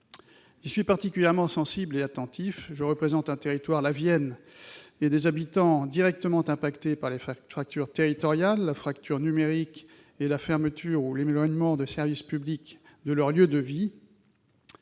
J'y suis particulièrement sensible et attentif : je représente un territoire, la Vienne, dont les habitants sont directement concernés par les fractures territoriales, la fracture numérique et la fermeture ou l'éloignement des services publics. Lorsque l'on